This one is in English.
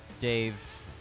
Dave